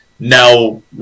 now